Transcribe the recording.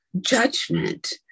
judgment